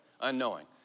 unknowing